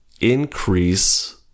increase